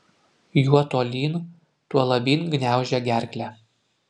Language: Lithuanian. juo tolyn tuo labyn gniaužia gerklę